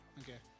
okay